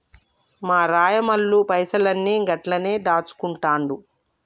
మా రాయమల్లు పైసలన్ని గండ్లనే దాస్కుంటండు